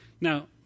now